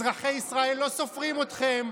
אזרחי ישראל לא סופרים אתכם,